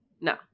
No